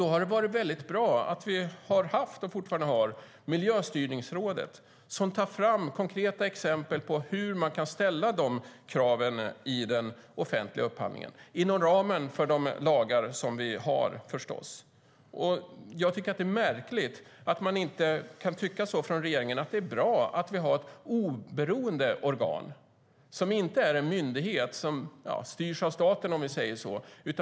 Då har det varit bra att vi har haft och fortfarande har Miljöstyrningsrådet som tar fram konkreta exempel på hur man kan ställa dessa krav i offentlig upphandling - inom ramen för de lagar vi har, förstås. Det är märkligt att regeringen inte tycker att det är bra att vi har ett oberoende organ som inte är en myndighet som styrs av staten.